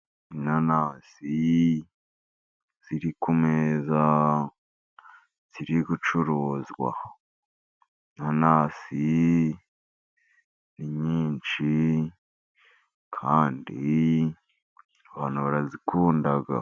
Inanasi ziri ku meza, ziri gucuruzwa inanasi nyinshi kandi abantu barazikunda.